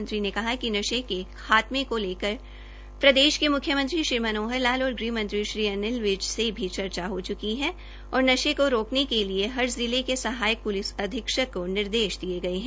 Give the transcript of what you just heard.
मंत्री ने कहा कि नशे के खात्मे को लेकर प्रदेश के म्ख्यमंत्री श्री मनोहर लाल और गृहमंत्री श्री अनिल विज ने भी चर्चा हो चुकी है और नशे को रोकने के लिए हर जिले के सहायक अधीक्षक को निर्देश दिये गये है